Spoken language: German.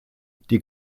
die